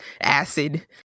acid